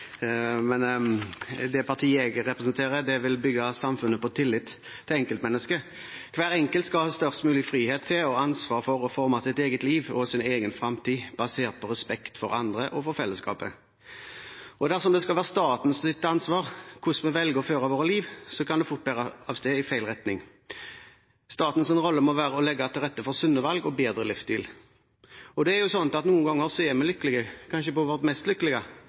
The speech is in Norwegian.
det vi driver med her i huset. Det partiet jeg representerer, vil bygge samfunnet på tillit til enkeltmennesket. Hver enkelt skal ha størst mulig frihet til og ansvar for å forme sitt eget liv og sin egen fremtid basert på respekt for andre og for fellesskapet. Dersom det skal være statens ansvar hvordan vi velger å føre vårt liv, kan det fort bære av sted i feil retning. Statens rolle må være å legge til rette for sunne valg og bedre livsstil. Det er jo sånn at noen ganger er vi lykkelige – kanskje på vårt mest lykkelige